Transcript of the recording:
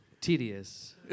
tedious